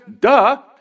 duh